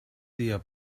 dia